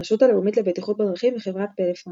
הרשות הלאומית לבטיחות בדרכים וחברת פלאפון